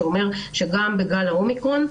שאומר שגם בגל האומיקרון,